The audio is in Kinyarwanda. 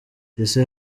ese